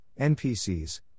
NPCs